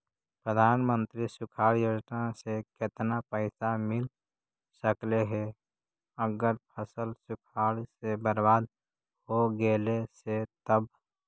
प्रधानमंत्री सुखाड़ योजना से केतना पैसा मिल सकले हे अगर फसल सुखाड़ से बर्बाद हो गेले से तब?